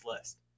list